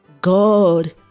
god